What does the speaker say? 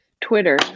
Twitter